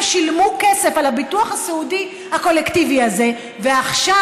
שילמו כסף על הביטוח הסיעודי הקולקטיבי הזה ועכשיו,